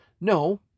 No